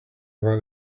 about